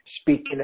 speaking